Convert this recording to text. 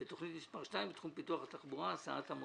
ותכנית מספר 2 - תחום פיתוח תחבורה (הסעת המונים).